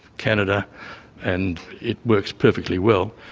canada and it works perfectly well.